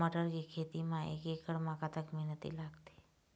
मटर के खेती म एक एकड़ म कतक मेहनती लागथे?